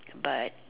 but